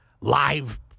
live